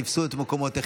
תפסו את מקומותיכם,